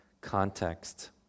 context